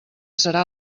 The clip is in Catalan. serà